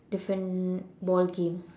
different ball game